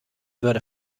würde